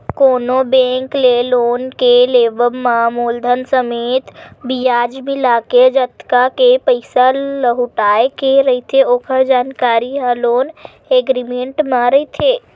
कोनो बेंक ले लोन के लेवब म मूलधन समेत बियाज मिलाके जतका के पइसा लहुटाय के रहिथे ओखर जानकारी ह लोन एग्रीमेंट म रहिथे